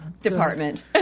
department